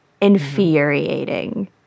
infuriating